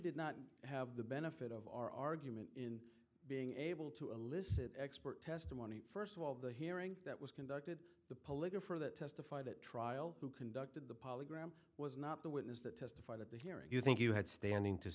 did not have the benefit of our argument in being able to elicit expert testimony first of all the hearing that was conducted the polygamy for that testified at trial who conducted the polygram was not the witness that testified at the hearing you think you had standing to